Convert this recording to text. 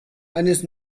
eines